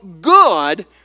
good